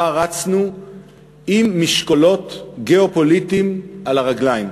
רצנו עם משקולות גיאו-פוליטיות על הרגליים.